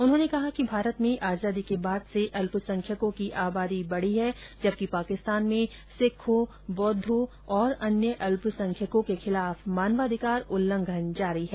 उन्होंने कहा कि भारत में आजादी के बाद से अल्पसंख्यकों की आबादी बढ़ी है जबकि पाकिस्तान में सिखों बौद्वों और अन्य अल्पसंख्यकों के खिलाफ मानवाधिकार उल्लंघन जारी है